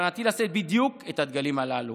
בכוונתי לשאת בדיוק את הדגלים הללו.